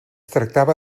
tractava